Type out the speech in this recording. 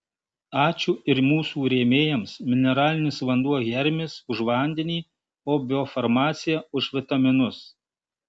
ačiū ir mūsų rėmėjams mineralinis vanduo hermis už vandenį o biofarmacija už vitaminus